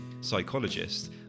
psychologist